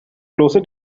closer